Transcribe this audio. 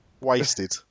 Wasted